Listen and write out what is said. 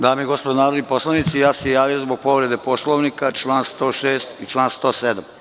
Dame i gospodo narodni poslanici, ja se javljam zbog povrede Poslovnika, čl. 106 i član 107.